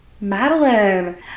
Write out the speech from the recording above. Madeline